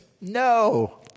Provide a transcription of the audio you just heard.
No